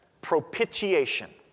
propitiation